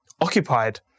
occupied